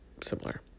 similar